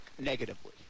negatively